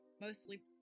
mostly